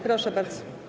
Proszę bardzo.